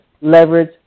leverage